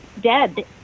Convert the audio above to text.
dead